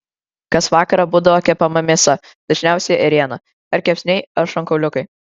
kas vakarą būdavo kepama mėsa dažniausiai ėriena ar kepsniai ar šonkauliukai